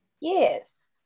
Yes